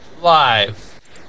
Live